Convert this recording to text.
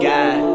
God